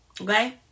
Okay